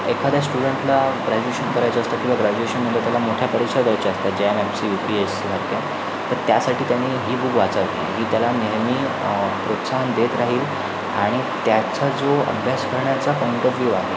एखाद्या स्टुडन्टला ग्रॅज्युएशन करायचं असतं किंवा ग्रॅज्युएशनमध्ये त्याला मोठ्या परीक्षा द्यायच्या असतात ज्या M F C U P S C मग ते त्यासाठी त्यांनी ही बुक वाचावी ही त्याला नेहमी प्रोत्साहन देत राहील आणि त्याचा जो अभ्यास करण्याचा पॉईंट ऑफ व्यू आहे